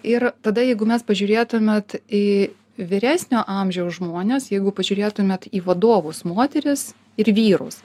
ir tada jeigu mes pažiūrėtume į vyresnio amžiaus žmones jeigu pažiūrėtumėt į vadovus moteris ir vyrus